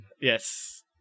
Yes